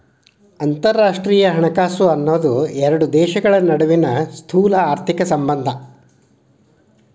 ಅಂತರರಾಷ್ಟ್ರೇಯ ಹಣಕಾಸು ಅನ್ನೋದ್ ಎರಡು ದೇಶಗಳ ನಡುವಿನ್ ಸ್ಥೂಲಆರ್ಥಿಕ ಸಂಬಂಧ